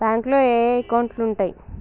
బ్యాంకులో ఏయే అకౌంట్లు ఉంటయ్?